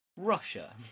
russia